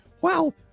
wow